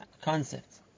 concept